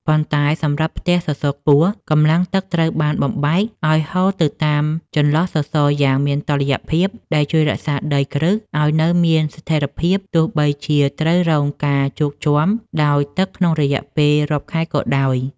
ប៉ុន្តែសម្រាប់ផ្ទះសសរខ្ពស់ កម្លាំងទឹកត្រូវបានបំបែកឱ្យហូរទៅតាមចន្លោះសសរយ៉ាងមានតុល្យភាព ដែលជួយរក្សាដីគ្រឹះឱ្យនៅមានស្ថិរភាព ទោះបីជាត្រូវរងការជោកជាំដោយទឹកក្នុងរយៈពេលរាប់ខែក៏ដោយ។